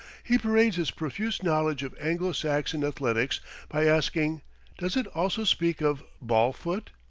he parades his profuse knowledge of anglo-saxon athletics by asking does it also speak of ballfoot?